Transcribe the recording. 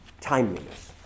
timeliness